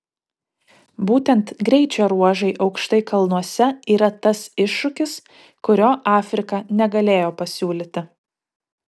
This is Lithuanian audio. būtent greičio ruožai aukštai kalnuose yra tas iššūkis kurio afrika negalėjo pasiūlyti